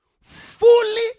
Fully